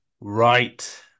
right